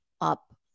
up